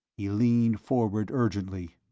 he leaned forward, urgently.